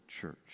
church